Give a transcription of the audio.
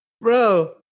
Bro